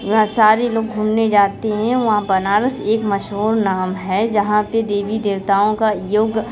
वहाँ सारे लोग घूमने जाते हैं वहाँ बनारस एक मशहूर नाम है जहाँ पर देवी देवताओं का योग